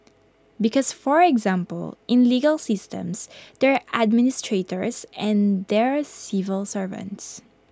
because for example in legal systems there are administrators and there are civil servants